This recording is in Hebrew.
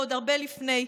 ועוד הרבה לפני,